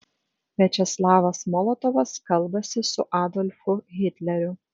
viačeslavas molotovas kalbasi su adolfu hitleriu